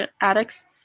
addicts